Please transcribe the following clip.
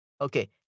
Okay